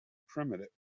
primitive